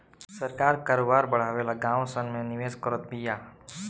सरकार करोबार बड़ावे ला गाँव सन मे निवेश करत बिया